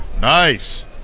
nice